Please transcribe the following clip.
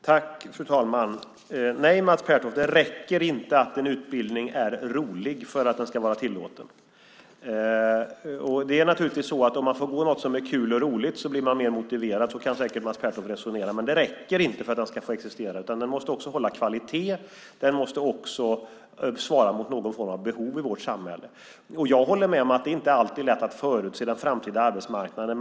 Fru talman! Nej, Mats Pertoft, det räcker inte att en utbildning är rolig för att den ska vara tillåten. Om man får gå någon utbildning som är kul och rolig blir man mer motiverad. Så kan säkert Mats Pertoft resonera, men det räcker inte för att den ska få existera, utan den måste också hålla kvalitet och den måste svara mot någon form av behov i vårt samhälle. Jag håller med om att det inte är alltid är lätt att förutse den framtida arbetsmarknaden.